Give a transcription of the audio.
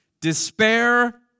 Despair